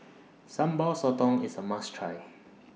Sambal Sotong IS A must Try